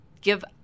Give